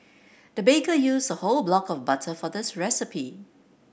the baker used a whole block of butter for this recipe